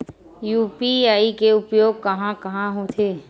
UPI के उपयोग कहां कहा होथे?